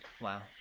wow